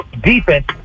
defense